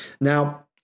now